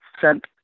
sent